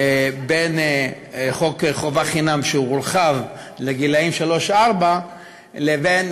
בין חוק חובה חינם, שהורחב לגיל שלוש-ארבע, לבין